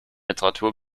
literatur